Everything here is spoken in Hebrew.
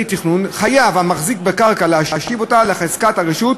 תכנון חייב המחזיק בקרקע להשיב אותה לחזקת הרשות,